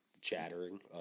chattering